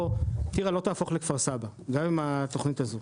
טירה לא תהפוך לכפר סבא, גם עם התכנית הזו,